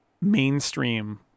mainstream